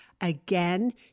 Again